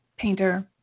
painter